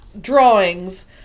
drawings